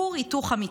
כור היתוך אמיתי.